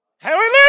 Hallelujah